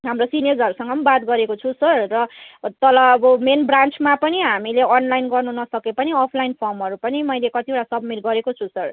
हाम्रो सिनियर्सहरूसँग पनि बात गरिसकेको छु सर र तल अब मेन ब्रान्चमा पनि हामीले अनलाइन गर्न नसके पनि अफलाइन फर्महरू पनि मैले कतिवटा सब्मिट गरेको छु सर